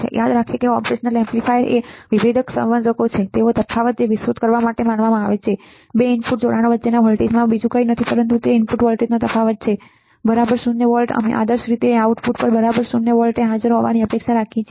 યાદ રાખો કે ઓપરેશનલ એમ્પ્લીફાયર એ વિભેદક સંવર્ધકો છે તેઓ તફાવતને વિસ્તૃત કરવા માટે માનવામાં આવે છે બે ઇનપુટ જોડાણો વચ્ચેના વોલ્ટેજમાં વધુ કંઈ નથી પણ જ્ તે ઇનપુટ વોલ્ટેજ તફાવત છે બરાબર શૂન્ય વોલ્ટ અમે આદર્શ રીતે આઉટપુટ પર બરાબર શૂન્ય વોલ્ટ હાજર હોવાની અપેક્ષા રાખીએ છીએ